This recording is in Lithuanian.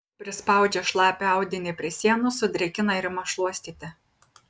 prispaudžia šlapią audinį prie sienos sudrėkina ir ima šluostyti